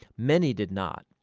many did not.